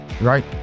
Right